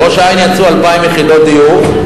לראש-העין יצאו 2,000 יחידות דיור.